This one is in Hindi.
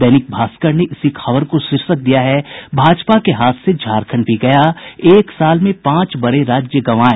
दैनिक भास्कर ने इसी खबर को शीर्षक दिया है भाजपा के हाथ से झारखंड भी गया एक साल में पांच बड़े राज्य गंवाए